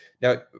Now